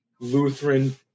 Lutheran